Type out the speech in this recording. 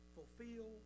Fulfill